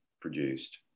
produced